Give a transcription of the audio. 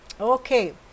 okay